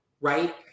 right